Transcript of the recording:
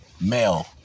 male